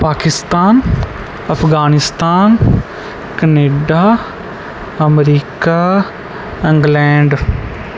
Pakistan Afghanistan Canada America England